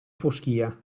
foschia